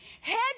Head